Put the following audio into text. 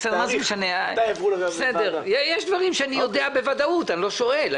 יש דברים שאני יודע בוודאות, אני לא שואל.